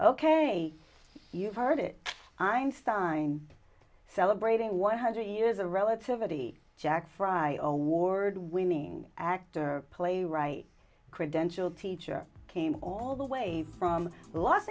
ok you heard it einstein celebrating one hundred years a relativity jack fry award winning actor playwright credential teacher came all the way from los